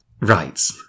Right